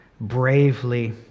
bravely